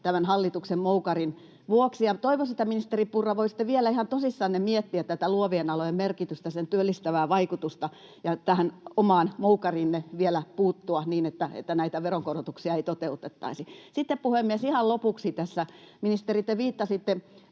hallituksen moukarin vuoksi. Ja toivoisin, ministeri Purra, että voisitte vielä ihan tosissanne miettiä tätä luovien alojen merkitystä, sen työllistävää vaikutusta, ja tähän omaan moukariinne vielä puuttua niin, että näitä veronkorotuksia ei toteutettaisi. Sitten, puhemies, ihan lopuksi. Tässä, ministeri, te viittasitte